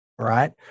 right